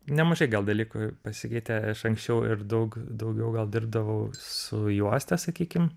nemažai gal dalykų pasikeitė anksčiau ir daug daugiau gal dirbdavau su juosta sakykim